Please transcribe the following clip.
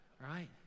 Right